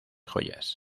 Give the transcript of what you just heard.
joyas